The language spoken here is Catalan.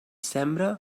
sembra